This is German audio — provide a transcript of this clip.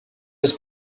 des